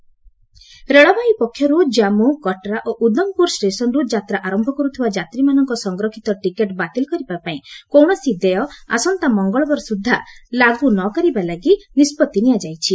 railway cancellation ରେଳବାଇ ପକ୍ଷରୁ କାମ୍ମୁ କଟ୍ରା ଓ ଉଦମପୁର ଷ୍ଟେସନରୁ ଯାତ୍ରା ଆରମ୍ଭ କରୁଥିବା ଯାତ୍ରୀମାନଙ୍କ ସଂରକ୍ଷିତ ଟିକେଟ୍ ବାତିଲ କରିବା ପାଇଁ କୌଣସି ଦେୟ ଆସନ୍ତା ମଙ୍ଗଳବାର ସୁଦ୍ଧା ଲାଗୁ ନ କରିବା ଲାଗି ନିଷ୍ପଭି ନିଆଯାଇଛି